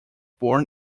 born